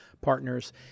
Partners